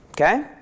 Okay